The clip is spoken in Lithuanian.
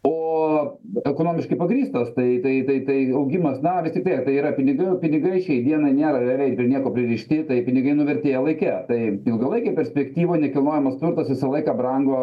o ekonomiškai pagrįstas tai tai tai tai augimas na vis tiktai tai yra pinigai o pinigai šiai dienai nėra realiai prie nieko pririšti taip pinigai nuvertėja laike tai ilgalaikėj perspektyvoj nekilnojamas turtas visą laiką brango